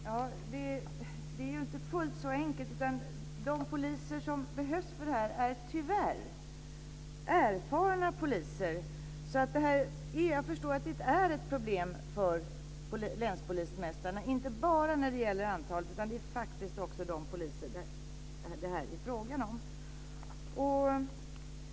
Fru talman! Det är ju inte fullt så enkelt. De poliser som behövs för detta är tyvärr erfarna poliser. Jag förstår att detta är ett problem för länspolismästarna. Det gäller inte bara antalet utan faktiskt också vilka poliser det är fråga om.